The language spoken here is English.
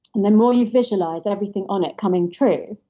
the more you visualize everything on it coming true,